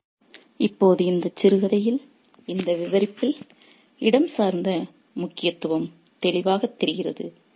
refer slide time 2459 இப்போது இந்த சிறுகதையில் இந்த விவரிப்பில் இடஞ்சார்ந்த முக்கியத்துவம் தெளிவாகத் தெரிகிறது